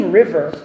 river